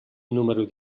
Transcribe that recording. número